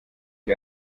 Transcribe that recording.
die